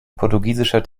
portugiesischer